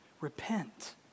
repent